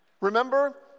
Remember